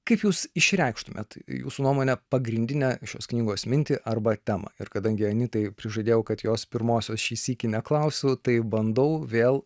kaip jūs išreikštumėt jūsų nuomone pagrindinę šios knygos mintį arba temą ir kadangi anytai prižadėjau kad jos pirmosios šį sykį neklausiu tai bandau vėl